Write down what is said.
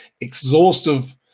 exhaustive